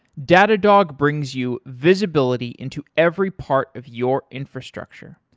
datadog brings you visibility into every part of your infrastructure,